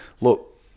look